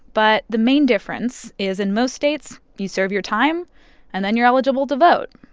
but the main difference is in most states, you serve your time and then you're eligible to vote.